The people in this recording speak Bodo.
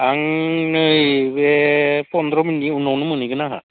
आं नैबे फन्द्र मिनिटनि उनावनो मोनहैगोन आंहा